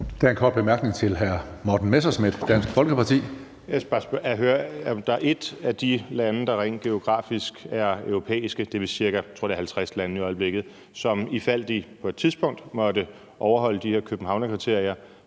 Der er en kort bemærkning til hr. Morten Messerschmidt, Dansk Folkeparti. Kl. 16:24 Morten Messerschmidt (DF): Jeg vil bare høre, om der er et af de lande, der rent geografisk er europæiske – det er vist ca. 50 lande i øjeblikket, tror jeg – som, i fald de på et tidspunkt måtte overholde de her Københavnskriterier,